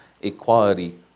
equality